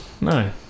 No